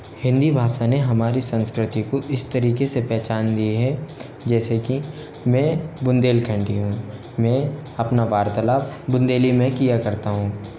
हिंदी भाषा ने हमारी संस्कृति को इस तरीक़े से पहचान दी है जैसा कि मैं बुंदेलखंडी हूँ मैं अपना वार्तालाब बुन्देली में किया करता हूँ